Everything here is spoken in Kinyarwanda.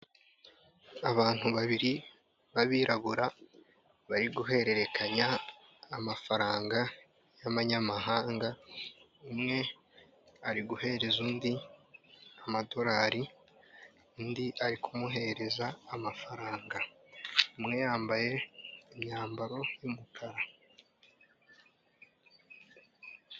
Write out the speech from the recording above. Abantu babiri b'abirabura bari guhererekanya amafaranga y'abanyamahanga, umwe ari guhereza undi amadorari, undi ari kumuhereza amafaranga. Umwe yambaye imyambaro y'umukara.